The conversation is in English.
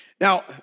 Now